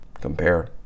compare